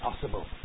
possible